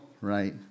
right